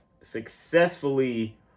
successfully